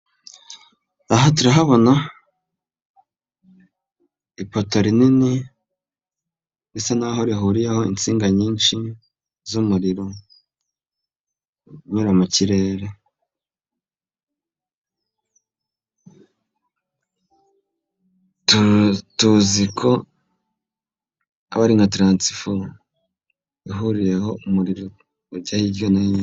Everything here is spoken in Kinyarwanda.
Aha turahabona ipoto rinini, risa nk'aho rihuriyeho insinga nyinshi z'umuriro unyura mu kirere. Tuziko aba ari nka taransifo ihuriyeho umuriro ujya hirya no hino.